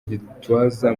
gitwaza